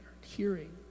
hearing